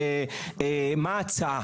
מה ההצעה,